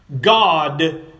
God